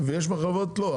ויש מחלבות שלא,